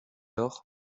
lors